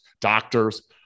doctors